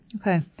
Okay